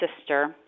sister